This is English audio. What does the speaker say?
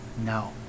no